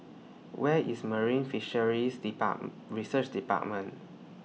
Where IS Marine Fisheries depart Research department